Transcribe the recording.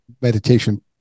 meditation